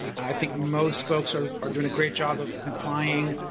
i think most folks are are doing a great job of complying.